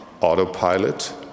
autopilot